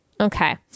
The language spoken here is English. Okay